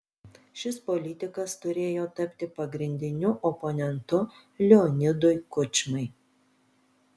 šis politikas turėjo tapti pagrindiniu oponentu leonidui kučmai